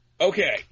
Okay